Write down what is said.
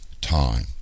time